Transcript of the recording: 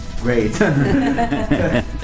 Great